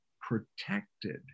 protected